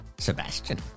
Sebastian